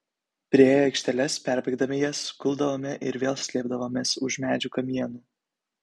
priėję aikšteles perbėgdami jas guldavome ir vėl slėpdavomės už medžių kamienų